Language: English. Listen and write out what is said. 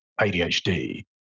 ADHD